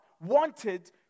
wanted